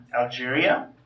Algeria